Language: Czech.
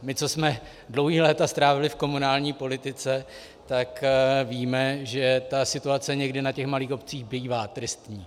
My, co jsme dlouhá léta strávili v komunální politice, víme, že ta situace někdy na malých obcích bývá tristní.